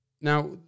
now